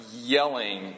yelling